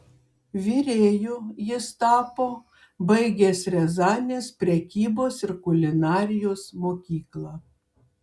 virėju jis tapo baigęs riazanės prekybos ir kulinarijos mokyklą